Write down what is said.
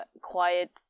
quiet